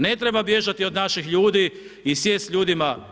Ne treba bježati od naših ljudi i sjest s ljudima.